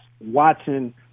watching